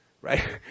right